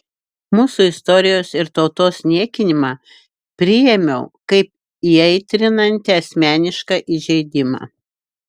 mūsų istorijos ir tautos niekinimą priėmiau kaip įaitrinantį asmenišką įžeidimą